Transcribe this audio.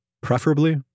preferably